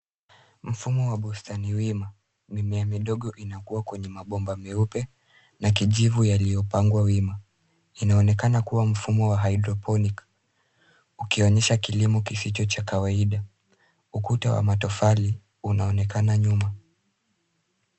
Mfumo wa bustani wima. Mimea midogo inakua kwenye mabomba meupe na kijivu yaliyopangwa wima. Inaonekana kuwa mfumo wa hydroponic , ukionyesha kilimo kisicho cha kawaida. Ukuta wa matofali unaonekana nyuma.